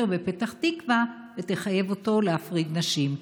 בפתח תקווה ותחייב אותו להפריד נשים.